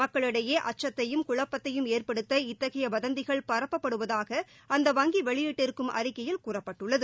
மக்களிடையே அச்சத்தையும் குழப்பத்தையும் ஏற்படுத்த இத்தகைய வதந்திகள் பரப்பப்படுவதாக அந்த வங்கி வெளியிட்டிருக்கும் அறிக்கையில் கூறப்பட்டுள்ளது